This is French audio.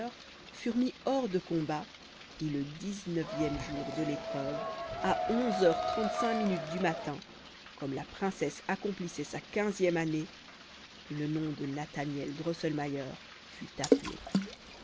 furent mis hors de combat et le dix-neuvième jour de l'épreuve à onze heures trente-cinq minutes du matin comme la princesse accomplissait sa quinzième année le nom de nathaniel drosselmayer fut appelé